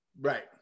Right